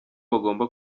bagomba